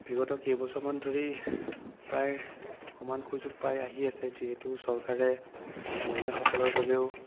বিগত কেইবছৰমান ধৰি প্ৰায় সমান সুযোগ পাই আহি আছে যিহেতু চৰকাৰে মহিলাসকলৰ বাবেও